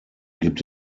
gibt